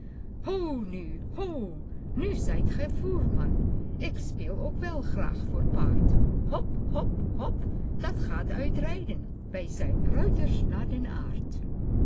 ho nu zijt gij voerman ik speel ook wel graag voor paard hop hop hop dat gaat uit rijden wij zijn ruiters naar den aard